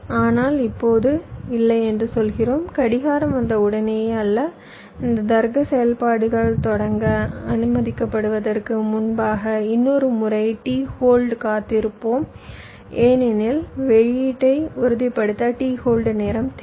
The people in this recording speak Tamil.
ஆனால் இப்போது இல்லை என்று சொல்கிறோம் கடிகாரம் வந்த உடனேயே அல்ல இந்த தர்க்க செயல்பாடுகள் தொடங்க அனுமதிக்கப்படுவதற்கு முன்பாக இன்னொரு முறை t ஹோல்டு காத்திருப்போம் ஏனெனில் வெளியீட்டை உறுதிப்படுத்த t ஹோல்டு நேரம் தேவை